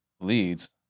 leads